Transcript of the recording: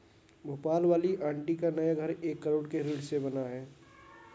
भोपाल वाली आंटी का नया घर एक करोड़ के ऋण से बना है